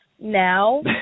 now